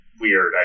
weird